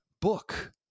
book